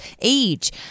age